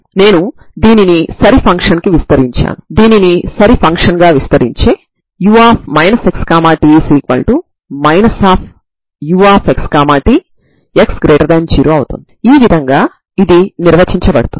కాబట్టి దీని పరిష్కారం Xxc1cos μx c2sin μx అవుతుంది ఇది మీ సాధారణ పరిష్కారం అవుతుంది మరియు μ0 అవుతుంది